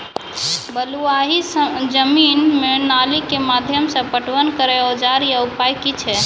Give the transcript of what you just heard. बलूआही जमीन मे नाली के माध्यम से पटवन करै औजार या उपाय की छै?